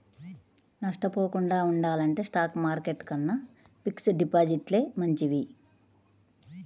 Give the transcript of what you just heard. నష్టపోకుండా ఉండాలంటే stock market కన్నా ఫిక్స్డ్ డిపాజిట్లే మంచివి